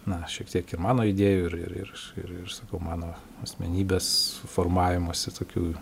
na šiek tiek ir mano idėjų ir ir aš ir ir sakau mano asmenybės formavimosi tokių